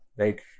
Right